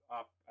up